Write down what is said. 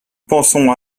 pensons